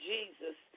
Jesus